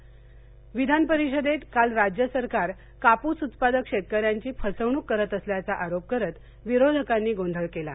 विद्यानपरिषदेत काल राज्य सरकार कापूस उत्पादक शेतकऱयांची फसवणूक करत असल्याचा आरोप करत विरोधकानी गोंधळ केला